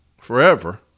forever